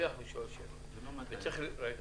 זה התחיל ב-400,000,